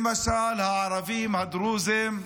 למשל, הערבים הדרוזים,